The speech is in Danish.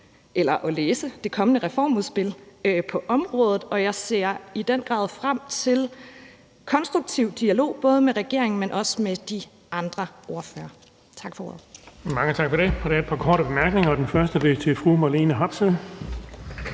til at læse det kommende reformudspil på området, og jeg ser meget frem til en konstruktiv dialog, både med regeringen, men også med de andre ordførere. Tak for ordet. Kl. 18:03 Den fg. formand (Erling Bonnesen): Mange tak for det. Der er et par korte bemærkninger, og den første er til fru Marlene Harpsøe.